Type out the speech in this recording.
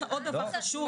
כלום.